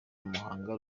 muhanga